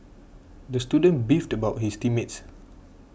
the student beefed about his team mates